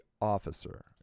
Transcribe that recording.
officer